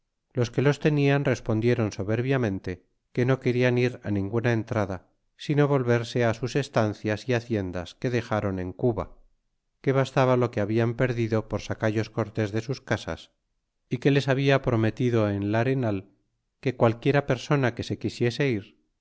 los que los tenian respondieron soberbiamente que no querian ir ninguna entrada sino volverse sus estancias y haciendas que dexron en cuba que bastaba lo que habian perdido por sacallos cortés de sus casas y que les habia prometido en el larenal que qualquiera persona que se quisiese ir